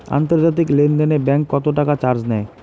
আন্তর্জাতিক লেনদেনে ব্যাংক কত টাকা চার্জ নেয়?